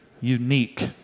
unique